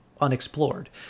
unexplored